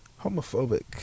homophobic